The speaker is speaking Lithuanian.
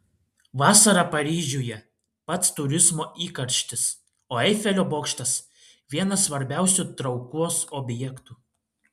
vasarą paryžiuje pats turizmo įkarštis o eifelio bokštas vienas svarbiausių traukos objektų